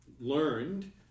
learned